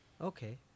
Okay